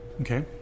Okay